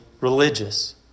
religious